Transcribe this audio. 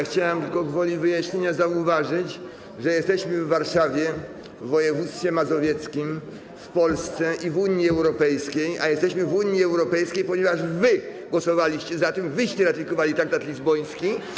Chciałem tylko gwoli wyjaśnienia zauważyć, że jesteśmy w Warszawie, w województwie mazowieckim, w Polsce i w Unii Europejskiej, a jesteśmy w Unii Europejskiej, ponieważ głosowaliście za tym, ratyfikowaliście traktat lizboński.